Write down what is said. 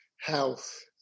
health